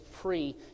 free